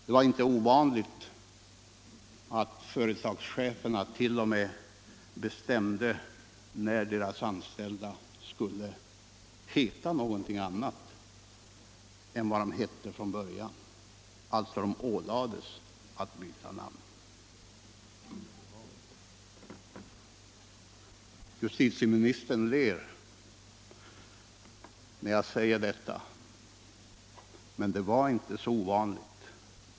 Det var inte ovanligt att företagscheferna t.o.m. ålade anställda att byta namn. Justitieministern ler när jag säger detta, men det var inte så ovanligt.